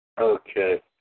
okay